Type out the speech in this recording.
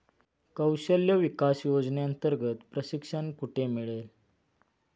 कौशल्य विकास योजनेअंतर्गत प्रशिक्षण कुठे मिळेल?